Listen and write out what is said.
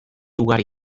ugari